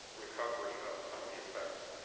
recovery of some of the effects.